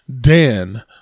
Dan